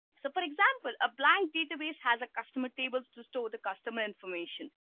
so for example, a blank database has a customer tables to store the customer information.